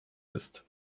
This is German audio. ist